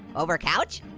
over couch?